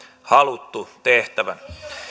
haluttu tehtävän